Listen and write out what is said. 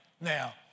Now